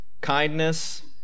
kindness